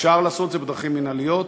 אפשר לעשות את זה בדרכים מינהליות.